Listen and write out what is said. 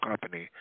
company